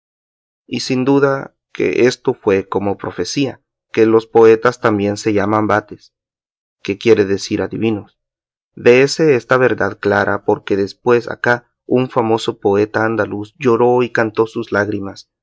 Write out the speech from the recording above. y sin duda que esto fue como profecía que los poetas también se llaman vates que quiere decir adivinos véese esta verdad clara porque después acá un famoso poeta andaluz lloró y cantó sus lágrimas